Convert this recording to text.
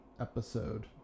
episode